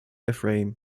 ephraim